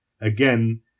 again